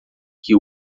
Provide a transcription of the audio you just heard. que